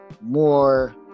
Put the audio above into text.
more